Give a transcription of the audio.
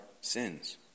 sins